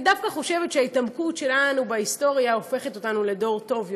אני דווקא חושבת שההתעמקות שלנו בהיסטוריה הופכת אותנו לדור טוב יותר,